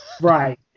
right